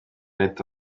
leta